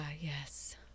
yes